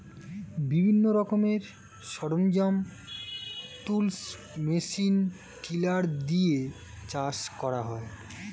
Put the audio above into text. বিভিন্ন রকমের সরঞ্জাম, টুলস, মেশিন টিলার দিয়ে চাষ করা হয়